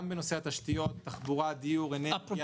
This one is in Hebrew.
גם בנושאי תשתיות: תחבורה, דיור, אנרגיה.